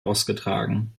ausgetragen